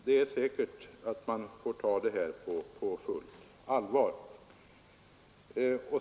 Det är säkert att man får ta det här på fullt allvar.